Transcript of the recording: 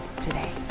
today